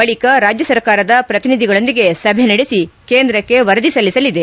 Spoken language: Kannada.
ಬಳಿಕ ರಾಜ್ಯ ಸರ್ಕಾರದ ಪ್ರತಿನಿಧಿಗಳೊಂದಿಗೆ ಸಭೆ ನಡೆಸಿ ಕೇಂದ್ರಕ್ತೆ ವರದಿ ಸಲ್ಲಿಸಲಿದೆ